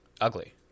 ugly